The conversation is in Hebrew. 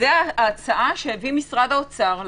וזו ההצעה שהביא משרד האוצר,